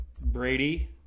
brady